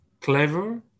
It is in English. clever